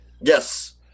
Yes